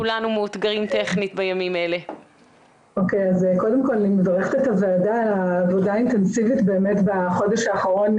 קודם כל אני מברכת את הוועדה על העבודה האינטנסיבית בחודש האחרון,